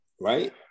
right